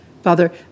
Father